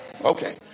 okay